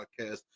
podcast